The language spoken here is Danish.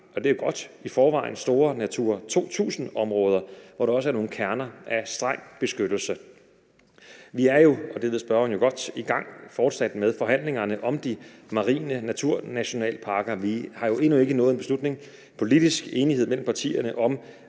det er godt, i forvejen store Natura 2000-områder, hvor der også er nogle kerner af streng beskyttelse. Vi er jo, og det ved spørgeren jo godt, fortsat i gang med forhandlingerne om de marine naturnationalparker. Vi har endnu ikke nået en beslutning og politisk enighed mellem partierne om,